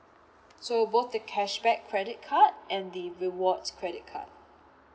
so both the cashback credit card and the rewards credit card